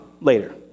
later